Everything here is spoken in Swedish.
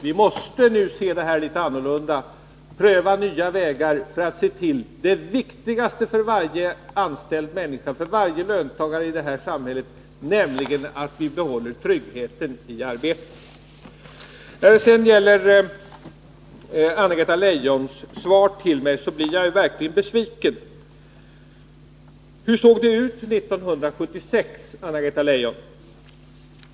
Vi måste nu se litet annorlunda på dessa frågor och pröva nya vägar för att säkerställa det viktigaste för varje anställd löntagare i vårt samhälle, nämligen tryggheten i arbetet. När det sedan gäller Anna-Greta Leijons svar till mig blir jag verkligen besviken. Hur såg det ut 1976, Anna-Greta Leijon?